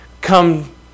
come